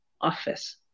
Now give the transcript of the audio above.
office